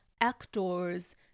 actors